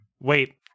Wait